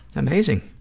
amazing.